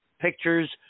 pictures